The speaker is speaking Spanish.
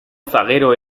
zaguero